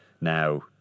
now